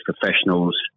professionals